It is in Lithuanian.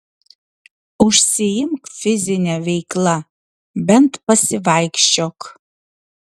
užsiimk fizine veikla bent pasivaikščiok